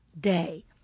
day